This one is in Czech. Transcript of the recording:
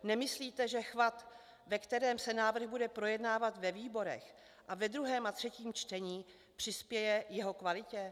Nemyslíte, že chvat, ve kterém se návrh bude projednávat ve výborech a ve druhém a třetím čtení, přispěje k jeho kvalitě?